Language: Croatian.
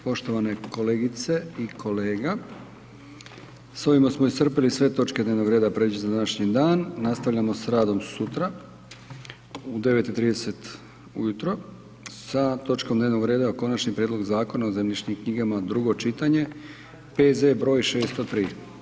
Poštovane kolegice i kolega s ovime smo iscrpili sve točke dnevnog reda predviđene za današnji dan, nastavljamo s radom sutra u 9 i 30 ujutro sa točkom dnevnog reda Konačni prijedlog Zakona o zemljišnim knjigama, drugo čitanje, P.Z. broj 603.